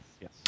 yes